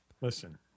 Listen